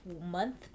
month